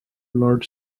lord